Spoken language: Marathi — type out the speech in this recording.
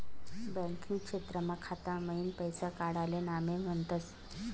बैंकिंग क्षेत्रमा खाता मईन पैसा काडाले नामे म्हनतस